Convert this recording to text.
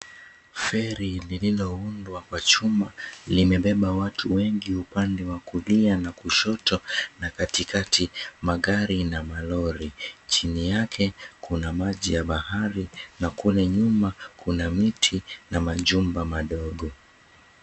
Feri lililoundwa kwa chuma, limebeba watu wengi upande wa kulia na kushoto, na katikati magari na malori. Chini yake kuna maji ya bahari na kule nyuma kuna miti na majumba madogo.